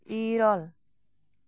ᱤᱨᱚᱞ